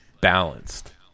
balanced